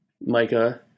Micah